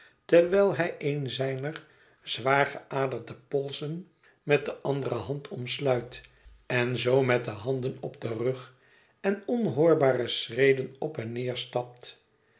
terwijl hij een zijner zwaar geaderde polsen met de andere hand omsluit en zoo met de handen op den rug en onhoorbare schreden op en neer stapt